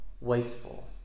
wasteful